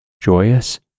Joyous